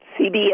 CBS